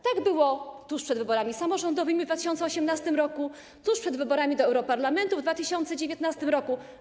Tak było tuż przed wyborami samorządowymi w 2018 r., tuż przed wyborami do europarlamentu w 2019 r.